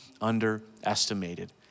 underestimated